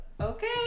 Okay